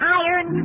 iron